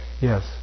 Yes